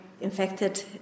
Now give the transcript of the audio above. infected